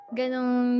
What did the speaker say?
ganong